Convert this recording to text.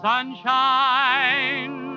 Sunshine